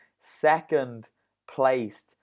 second-placed